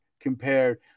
compared